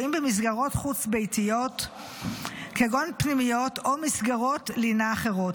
שוהים במסגרות חוץ-ביתיות כגון פנימיות או מסגרות לינה אחרות.